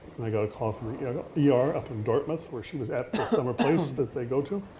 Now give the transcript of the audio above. and i got a call from the yeah ah yeah ah er up in dartmouth where she was at the summer place that they go to.